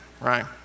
Right